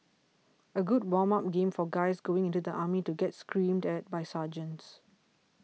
a good warm up game for guys going into the army to get screamed at by sergeants